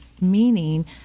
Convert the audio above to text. meaning